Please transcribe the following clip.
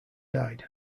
died